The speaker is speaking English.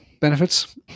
benefits